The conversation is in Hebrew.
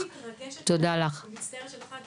רק תציגי את עצמך.